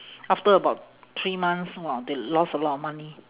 after about three months !wah! they lost a lot of money